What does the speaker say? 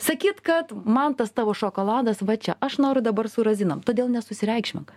sakyt kad man tas tavo šokoladas va čia aš noriu dabar su razinom todėl nesusireikšmink